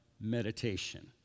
meditation